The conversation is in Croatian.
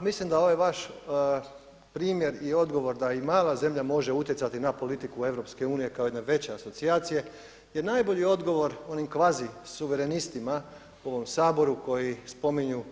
A mislim da ovaj vaš primjer i odgovor da i mala zemlja može utjecati na politiku EU kao jedne veće asocijacije je najbolji odgovor onim kvazi suverenistima u ovom Saboru koji spominju